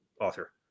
author